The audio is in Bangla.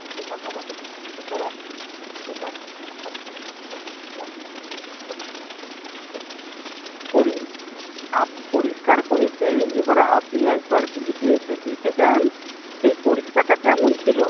পরি আপ পরিষ্কার করেছে এবারে আপনি একবার ভিসিটে এসে দেখে যান সেই পরিষ্কারটা কেমন ছিল